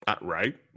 Right